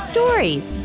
Stories